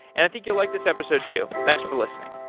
and i think you'll like this episode too. thanks for listening.